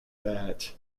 that